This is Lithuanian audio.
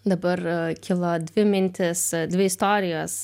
dabar kilo dvi mintys dvi istorijos